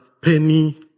Penny